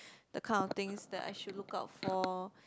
the kind of things that I should look out for